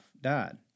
died